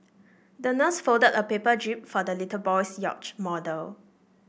the nurse folded a paper jib for the little boy's yacht model